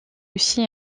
aussi